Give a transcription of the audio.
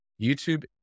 YouTube